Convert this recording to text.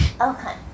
Okay